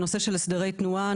נושא של הסדרי תנועה.